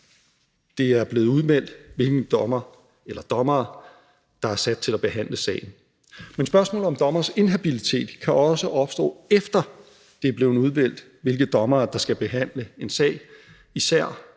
det er blevet udmeldt, hvilken dommer eller hvilke dommere der er sat til at behandle sagen. Men spørgsmålet om dommeres inhabilitet kan også opstå, efter at det er blevet udmeldt, hvilke dommere der skal behandle en sag, især